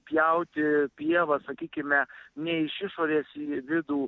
pjauti pievą sakykime ne iš išorės į vidų